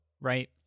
right